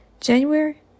January